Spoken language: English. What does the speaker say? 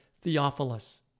Theophilus